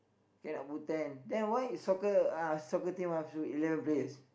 cannot put ten then why soccer uh soccer team up to eleven place